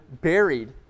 buried